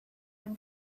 than